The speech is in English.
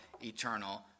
eternal